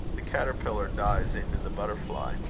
the caterpillar dies into the butterfly.